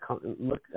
look